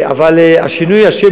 אבל שינוי השם,